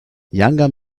younger